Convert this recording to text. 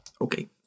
Okay